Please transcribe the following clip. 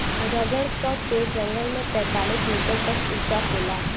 rubber क पेड़ जंगल में तैंतालीस मीटर तक उंचा होला